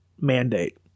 mandate